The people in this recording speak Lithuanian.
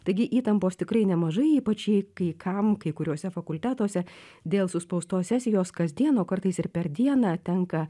taigi įtampos tikrai nemažai ypač jei kai kam kai kuriuose fakultetuose dėl suspaustos sesijos kasdien o kartais ir per dieną tenka